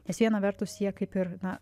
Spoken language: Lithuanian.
nes viena vertus jie kaip ir na